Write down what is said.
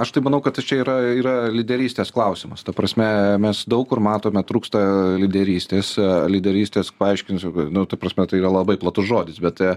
aš tai manau kad čia yra yra lyderystės klausimas ta prasme mes daug kur matome trūksta lyderystės lyderystės paaiškinsiu kad nu ta prasme tai yra labai platus žodis bet